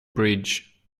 bridge